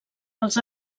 els